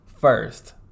First